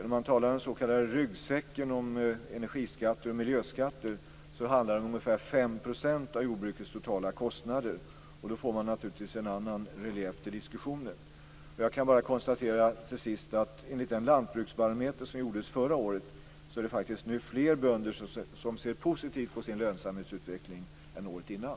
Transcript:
Det talas om den s.k. ryggsäcken och om energioch miljöskatter. Det handlar om ungefär 5 % av jordbrukets totala kostnader. Då får man naturligtvis en annan relief till diskussionen. Till sist kan jag bara konstatera att enligt den lantbruksbarometer som gjordes förra året är det faktiskt fler bönder som ser positivt på sin lönsamhetsutveckling jämfört med hur det var året innan.